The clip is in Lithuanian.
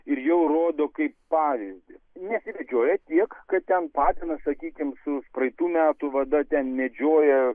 ir jau rodo kaip pavyzdį nesivedžioja tiek kad ten patinas sakykim su praeitų metų vada ten medžioja